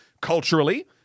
culturally